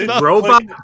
Robot